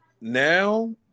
now